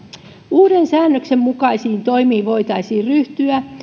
uuden säännöksen mukaisiin toimiin voitaisiin ryhtyä